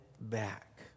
back